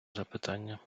запитання